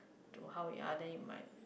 to how you are them if my